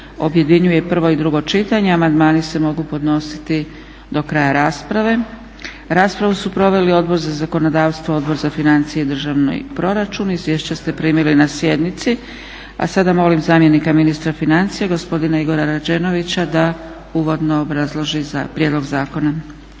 objedinjuje prvo i drugo čitanje, amandmani se mogu podnositi do kraja rasprave. Raspravu su proveli Odbor za zakonodavstvo, Odbor za financije i državni proračun. Izviješća ste primili na sjednici. A sada molim zamjenika ministra financija gospodina Igora Rađenovića da uvodno obrazloži prijedlog zakona.